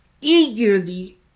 eagerly